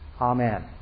Amen